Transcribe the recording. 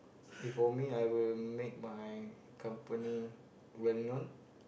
if for me I will make my company well known